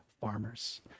farmers